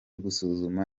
gusuzuma